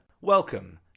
Welcome